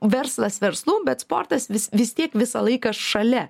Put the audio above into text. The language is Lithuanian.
verslas verslu bet sportas vis vis tiek visą laiką šalia